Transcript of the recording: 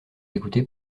écoutez